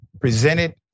presented